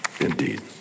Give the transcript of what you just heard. indeed